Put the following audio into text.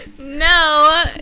no